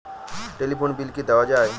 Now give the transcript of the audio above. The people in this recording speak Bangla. টেলিফোন বিল কি দেওয়া যায়?